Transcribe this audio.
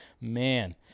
Man